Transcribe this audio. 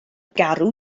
garw